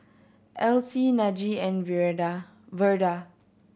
Else Najee and Verda